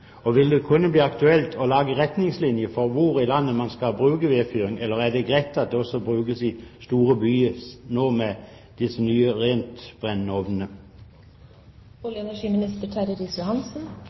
Vil det kunne bli aktuelt å lage retningslinjer for hvor i landet man skal bruke vedfyring, eller er det greit at det nå, med disse nye rentbrennende ovnene, også brukes i store byer?